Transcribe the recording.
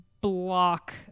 block